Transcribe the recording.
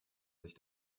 sich